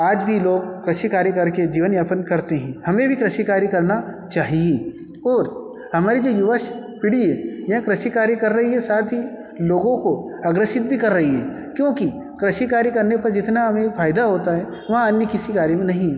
आज भी लोग कृषि कार्य करके जीवनयापन करते हैं हमें भी कृषि कार्य करना चाहिए और हमारे युवा पीढ़ी है यह कृषि कार्य कर रही है साथ ही लोगों को अग्रसित भी कर रही है क्योंकि कृषि कार्य करने पर जितना हमें फायदा होता है वह अन्य किसी कार्य में नहीं